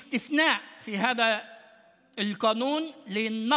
יש יוצא מן הכלל בחוק הזה: מזונות,